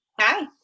Hi